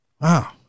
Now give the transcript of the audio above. Wow